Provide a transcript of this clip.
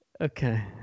Okay